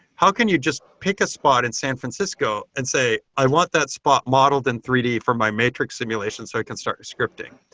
how can you just pick a spot in san francisco and say, i want that spot modeled in three d for my matrix simulation so i can start scripting.